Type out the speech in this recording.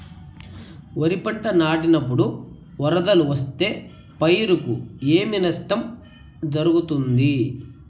వరిపంట నాటినపుడు వరదలు వస్తే పైరుకు ఏమి నష్టం జరుగుతుంది?